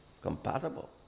compatible